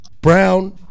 brown